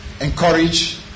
encourage